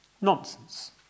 Nonsense